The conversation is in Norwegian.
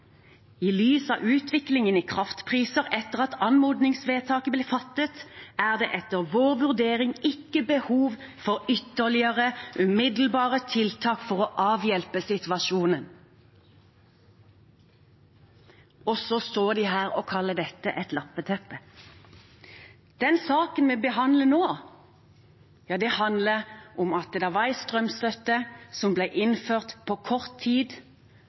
lys av utviklingen i kraftpriser etter at anmodningsvedtaket ble fattet, er det etter min vurdering lite behov for ytterligere, umiddelbare tiltak for å avhjelpe situasjonen.» Og så står de her og kaller dette et lappeteppe. Den saken vi behandler nå, handler om at det var en strømstøtte som ble innført på kort tid.